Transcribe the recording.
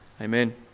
Amen